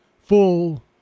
full